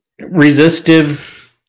resistive